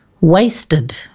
Wasted